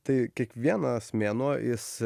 tai kiekvienas mėnuo jis